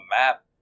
map